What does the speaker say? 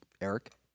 Eric